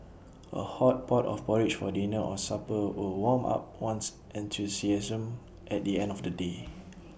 A hot pot of porridge for dinner or supper will warm up one's enthusiasm at the end of A day